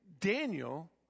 Daniel